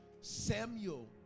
Samuel